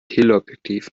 teleobjektiv